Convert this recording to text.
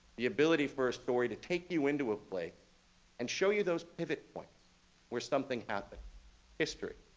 the ability for a story to take you into a place and show you those pivot points where something happened, history,